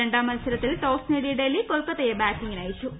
രണ്ടാം മൽസരത്തിൽ ടോസ് നേടിയ ഡൽഹി കൊൽക്കത്തയെ ബാറ്റിങ്ങിനയച്ചു